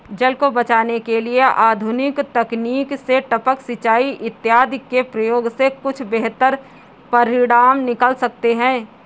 जल को बचाने के लिए आधुनिक तकनीक से टपक सिंचाई इत्यादि के प्रयोग से कुछ बेहतर परिणाम निकल सकते हैं